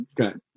Okay